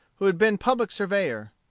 who had been public surveyor.